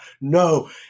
No